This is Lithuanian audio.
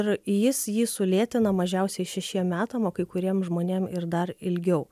ir jis jį sulėtina mažiausiai šešiem metam o kai kuriem žmonėm ir dar ilgiau